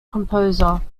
composer